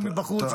גם מבחוץ,